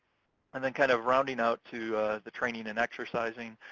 and then kind of rounding out to the training and exercising,